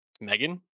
megan